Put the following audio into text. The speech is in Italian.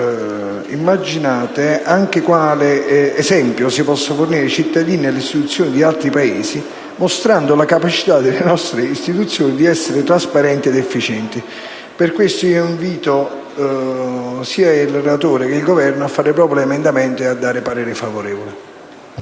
Immaginate anche quale esempio si possa fornire ai cittadini e alle istituzioni di altri Paesi, mostrando la capacità delle nostre istituzioni di essere trasparenti ed efficienti. Per queste ragioni, invito sia il relatore che il Governo a modificare in senso favorevole